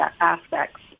aspects